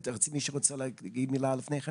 מישהו מכם ירצה להגיד מילה לפני כן?